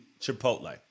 Chipotle